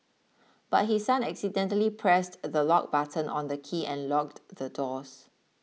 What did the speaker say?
but his son accidentally pressed the lock button on the key and locked the doors